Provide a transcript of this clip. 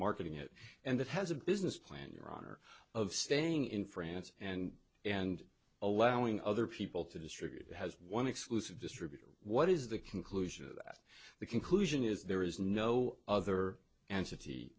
marketing it and it has a business plan your honor of staying in france and and allowing other people to distribute it has one exclusive distributor what is the conclusion that the conclusion is there is no other